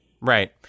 Right